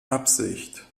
absicht